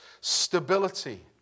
stability